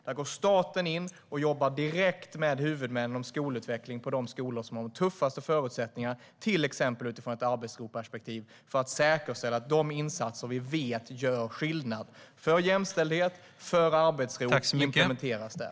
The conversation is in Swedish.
Där går staten in och jobbar direkt med huvudmän om skolutveckling på de skolor som har de tuffaste förutsättningarna, till exempel utifrån ett arbetsroperspektiv, för att säkerställa att de insatser som vi vet gör skillnad för jämställdhet och för arbetsro implementeras där.